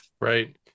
Right